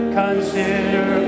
consider